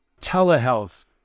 Telehealth